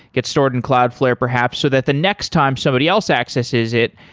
get stored in cloudflare perhaps, so that the next time somebody else accesses it,